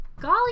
Golly